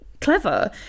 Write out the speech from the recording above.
clever